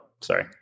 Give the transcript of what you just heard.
sorry